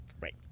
right